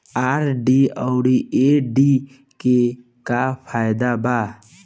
RD आउर FD के का फायदा बा?